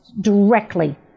directly